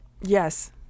Yes